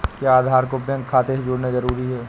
क्या आधार को बैंक खाते से जोड़ना जरूरी है?